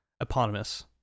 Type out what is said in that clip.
eponymous